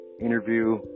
interview